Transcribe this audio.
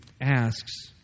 asks